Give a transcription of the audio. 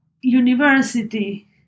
university